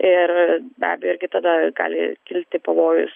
ir be abejo irgi tada gali kilti pavojus